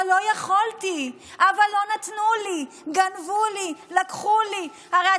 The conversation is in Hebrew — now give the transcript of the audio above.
אבל לא יכולתי, אבל לא נתנו לי, גנבו לי, לקחו לי.